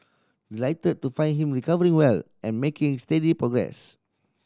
delighted to find him recovering well and making steady progress